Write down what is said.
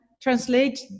translate